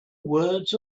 words